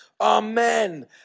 Amen